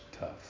tough